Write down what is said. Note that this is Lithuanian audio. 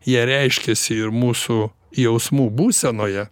jie reiškiasi ir mūsų jausmų būsenoje